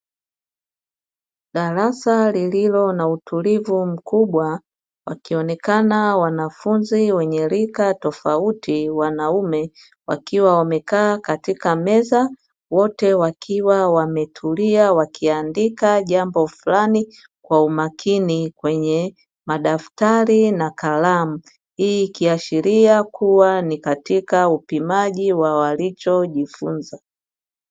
Darasa lililo na utulivu mkubwa wakionekana wanafunzi wenye rika tofauti wanaume wakiwa wamekaa katika meza wote wakiwa wametulia wakiandika jambo fulani kwa umakini, kwenye madaftari na kalamu hii ikiashiria kuwa ni katika upimaji wa walichojifunza.